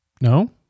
no